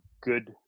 good